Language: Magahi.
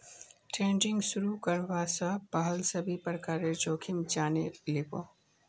ट्रेडिंग शुरू करवा स पहल सभी प्रकारेर जोखिम जाने लिबो